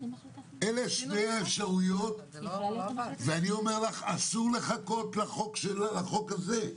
אלו שני המסלולים ואני אומר שאסור לחכות לחוק הזה.